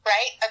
Right